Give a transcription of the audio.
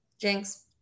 Jinx